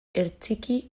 hertsiki